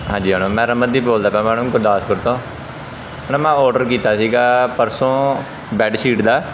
ਹਾਂਜੀ ਮੈਡਮ ਮੈਂ ਰਮਨਦੀਪ ਬੋਲਦਾ ਪਿਆ ਮੈਡਮ ਗੁਰਦਾਸਪੁਰ ਤੋਂ ਮੈਡਮ ਮੈਂ ਆਰਡਰ ਕੀਤਾ ਸੀਗਾ ਪਰਸੋਂ ਬੈਡ ਸ਼ੀਟ ਦਾ